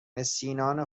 مسکینان